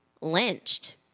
lynched